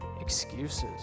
excuses